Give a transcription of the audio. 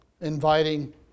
inviting